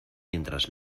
mientras